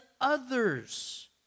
others